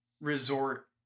resort